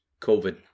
COVID